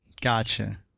Gotcha